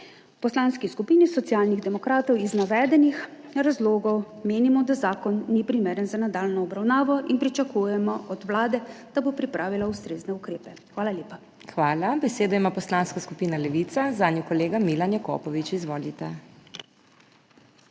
V Poslanski skupini Socialnih demokratov iz navedenih razlogov menimo, da zakon ni primeren za nadaljnjo obravnavo, in pričakujemo od Vlade, da bo pripravila ustrezne ukrepe. Hvala lepa. **PODPREDSEDNICA MAG. MEIRA HOT:** Hvala. Besedo ima Poslanska skupina Levica, zanjo kolega Milan Jakopovič. Izvolite.